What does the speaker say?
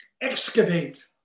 excavate